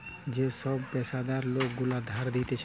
যে সব পেশাদার লোক গুলা ধার দিতেছে